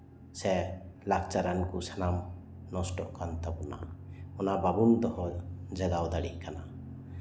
ᱥᱮ ᱞᱟᱠᱪᱟᱨᱟᱱ ᱠᱚ ᱥᱟᱱᱟᱢ ᱱᱚᱥᱴᱚᱜ ᱠᱟᱱ ᱛᱟᱵᱚᱱᱟ ᱚᱱᱟ ᱵᱟᱵᱚᱱ ᱫᱚᱦᱚ ᱡᱟᱜᱟᱣ ᱫᱟᱲᱮᱭᱟᱜ ᱠᱟᱱᱟ